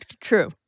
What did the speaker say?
True